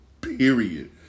period